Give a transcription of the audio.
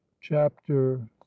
chapter